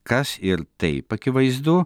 kas ir taip akivaizdu